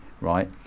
right